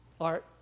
Art